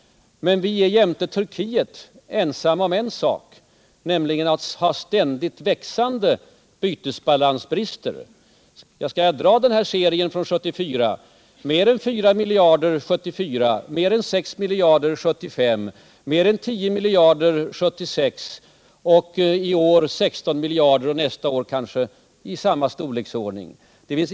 Men Sverige är jämte Turkiet ensamt om en sak, nämligen att ha ständigt växande bytesbalansbrister. Jag skall dra serien från 1974: mer än fyra miljarder 1974, mer än sex miljarder 1975, mer än tio miljarder 1976, i år 16 miljarder och nästa år kanske någonting i samma storleksordning.